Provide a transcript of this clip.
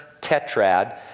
tetrad